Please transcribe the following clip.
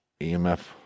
EMF